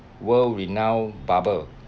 world renowned barber